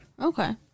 Okay